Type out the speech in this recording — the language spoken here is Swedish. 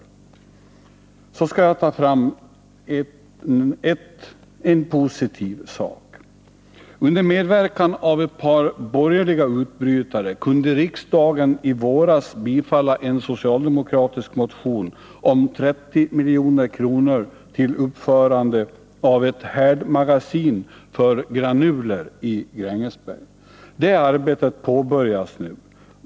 Jag skall också nämna en positiv sak: Under medverkan av ett par borgerliga utbrytare kunde riksdagen i våras bifalla en socialdemokratisk motion om 30 milj.kr. till uppförande av ett härdmagasin för granuler i Grängesberg. Det arbetet påbörjas nu.